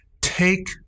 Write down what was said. Take